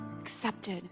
accepted